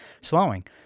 slowing